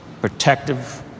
protective